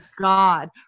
God